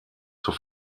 zur